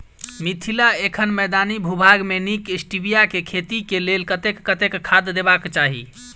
मिथिला एखन मैदानी भूभाग मे नीक स्टीबिया केँ खेती केँ लेल कतेक कतेक खाद देबाक चाहि?